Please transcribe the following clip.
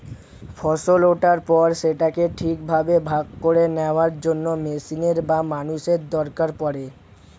ফসল ওঠার পর সেটাকে ঠিকভাবে ভাগ করে নেওয়ার জন্য মেশিনের বা মানুষের দরকার পড়ে